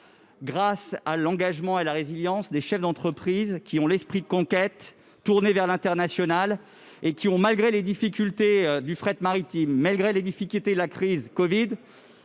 grâce à l'engagement et à la résilience des chefs d'entreprise, qui ont l'esprit de conquête, sont tournés vers l'international et ont, malgré les difficultés du fret maritime et de la crise covid,